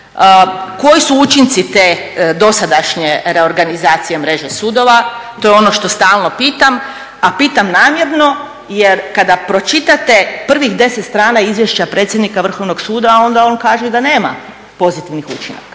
Koji su učinci te dosadašnje reorganizacije mreže sudova? To je ono što stalno pitam, a pitam namjerno jer kada pročitate prvih 10 strana Izvješća predsjednika Vrhovnog suda onda on kaže da nema pozitivnih učinaka.